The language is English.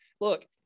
look